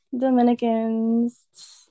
Dominicans